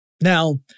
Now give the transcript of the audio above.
Now